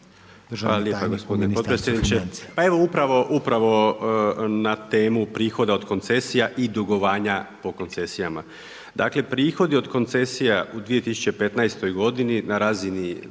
Hvala lijepa gospodine potpredsjedniče. Pa evo upravo na temu prihoda od koncesija i dugovanja po koncesijama. Dakle prihodi od koncesija u 2015. godini na razini